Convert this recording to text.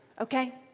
Okay